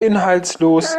inhaltslos